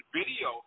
video